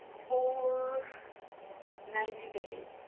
for ninety days.